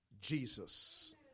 Jesus